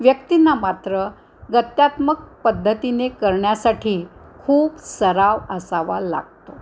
व्यक्तींना मात्र गत्यात्मक पद्धतीने करण्यासाठी खूप सराव असावा लागतो